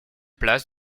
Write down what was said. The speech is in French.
place